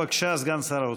בבקשה, סגן שר האוצר.